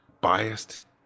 biased